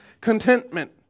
contentment